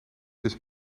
dus